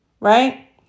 Right